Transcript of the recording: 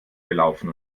gelaufen